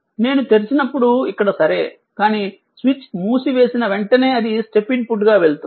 నేను తెరిచినప్పుడు ఇక్కడ సరే కానీ స్విచ్ మూసివేసిన వెంటనే అది స్టెప్ ఇన్పుట్గా వెళుతుంది